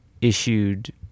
issued